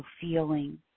feeling